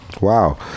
wow